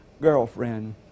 girlfriend